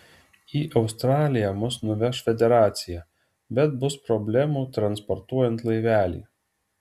į australiją mus nuveš federacija bet bus problemų transportuojant laivelį